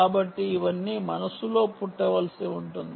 కాబట్టి ఇవన్నీ మనస్సులో పుట్టవలసి ఉంటుంది